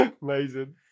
Amazing